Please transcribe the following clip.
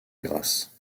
grâce